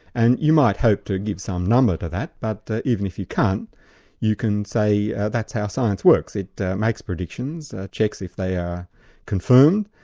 and you might hope to give some number to that, but even if you can't you can say that's how science works. it makes predictions, checks if they are confirmed,